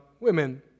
women